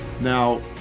Now